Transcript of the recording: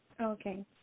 Okay